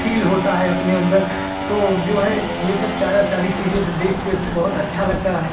feel होता है अपने अंदर तो जो है यह सब चारा सारी चीज़ें देखकर बहुत अच्छा लगता है